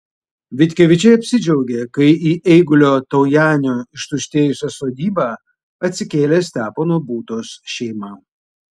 vitkevičiai apsidžiaugė kai į eigulio taujenio ištuštėjusią sodybą atsikėlė stepono būtos šeima